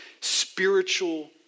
spiritual